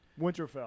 Winterfell